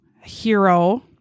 hero